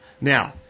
Now